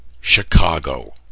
Chicago